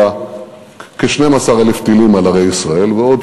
אלא כ-12,000 טילים על ערי ישראל ועוד